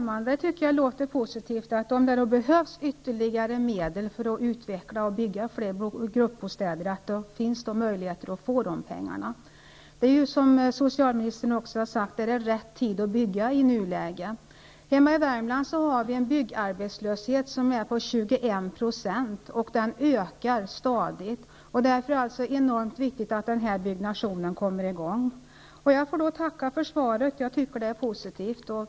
Herr talman! Det låter positivt att det om det behövs ytterligare medel för att utveckla och bygga fler gruppbostäder finns möjligheter att få dessa pengar. Det är ju rätt tid att bygga nu, som socialministern också har sagt. Hemma i Värmland har vi en byggarbetslöshet på 21 %, och den ökar stadigt. Därför är det så enormt viktigt att byggandet av gruppbostäder kommer i gång. Jag får tacka för svaret. Jag tycker att det är positivt.